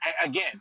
again